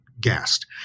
Gassed